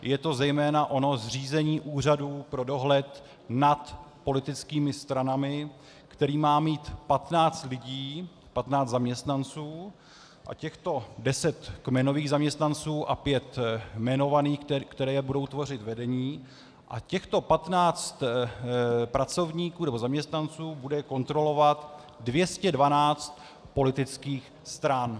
Je to zejména ono zřízení Úřadu pro dohled na politickými stranami, který má mít patnáct lidí, patnáct zaměstnanců, a těchto deset kmenových zaměstnanců a pět jmenovaných, kteří budou tvořit vedení, těchto patnáct pracovníků nebo zaměstnanců bude kontrolovat 212 politických stran.